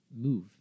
move